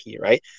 right